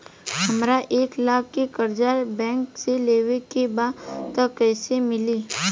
हमरा एक लाख के कर्जा बैंक से लेवे के बा त कईसे मिली?